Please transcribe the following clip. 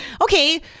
Okay